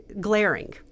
glaring